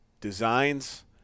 designs